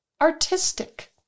artistic